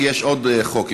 כי יש עוד חוק,